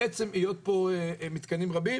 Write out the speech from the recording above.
מעצם היות פה מתקנים רבים.